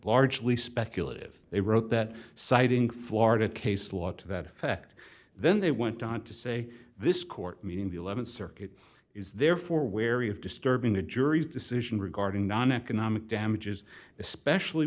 largely speculative they wrote that citing florida case law to that effect then they went on to say this court meaning the th circuit is therefore wary of disturbing the jury's decision regarding noneconomic damages especially